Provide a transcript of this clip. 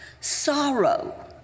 Sorrow